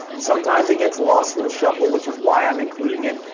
sometimes it gets lost in the shuffle, which is why i'm including it.